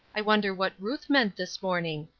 i wonder what ruth meant this morning?